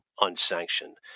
unsanctioned